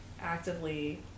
actively